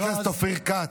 חבר הכנסת אופיר כץ,